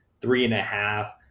three-and-a-half